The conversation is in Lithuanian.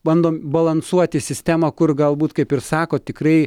bandom balansuoti sistemą kur galbūt kaip ir sako tikrai